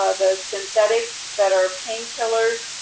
ah the synthetics that are painkillers,